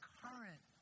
current